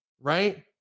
Right